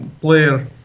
player